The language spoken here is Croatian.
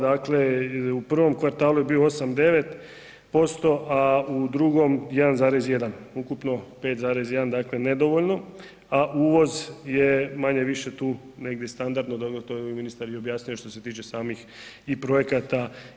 Dakle u prvom kvartalu je bi 8, 9%, a u drugom 1,1% ukupno 5,1 dakle nedovoljno, a uvoz je manje-više tu negdje standardno, to je ministar i objasnio što se tiče samih projekata.